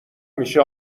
میشه